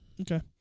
Okay